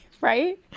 Right